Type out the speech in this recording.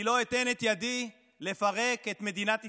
אני לא אתן את ידי לפרק את מדינת ישראל,